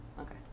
Okay